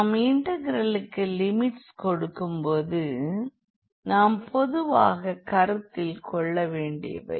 நாம் இன்டெகிரலுக்கு லிமிட்ஸ் கொடுக்கும் போது நாம் பொதுவாக கருத்தில் கொள்ளவேண்டியவை